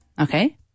Okay